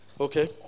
Okay